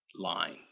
line